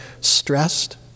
stressed